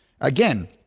Again